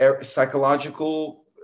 psychological